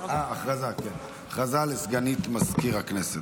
הודעה לסגנית מזכיר הכנסת,